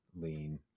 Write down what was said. lean